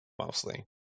mostly